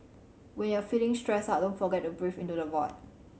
when you are feeling stressed out don't forget to breathe into the void